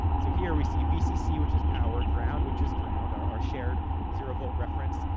so, here we see vcc, which is power ground, which is ground, our our shared zero-volt reference.